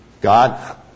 God